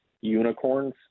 unicorns